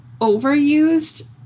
overused